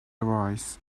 arise